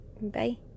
Bye